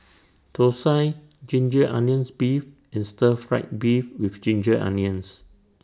Thosai Ginger Onions Beef and Stir Fried Beef with Ginger Onions